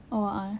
oh ah